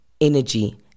energy